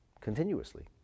continuously